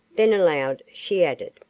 then aloud she added